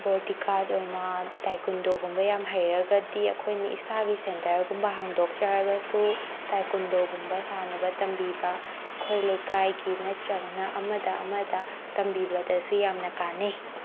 body guard ꯑꯣꯏꯅ ꯇꯥꯏꯀꯨꯟꯗꯣꯒꯨꯝꯕ ꯌꯥꯝ ꯍꯩꯔꯒꯗꯤ ꯑꯩꯈꯣꯏꯅ ꯏꯁꯥꯒꯤ ꯁꯦꯟꯇꯔꯒꯨꯝꯕ ꯍꯥꯡꯗꯣꯛꯆꯔꯒꯁꯨ ꯇꯥꯏꯀꯨꯟꯗꯣꯒꯨꯝꯕ ꯁꯥꯟꯅꯕ ꯇꯝꯕꯤꯕ ꯑꯩꯈꯣꯏ ꯂꯩꯀꯥꯏꯒꯤ ꯅꯠꯇ꯭ꯔꯒꯅ ꯑꯃꯗ ꯑꯃꯗ ꯇꯝꯕꯤꯕꯗꯁꯨ ꯌꯥꯝꯅ ꯀꯥꯟꯅꯩ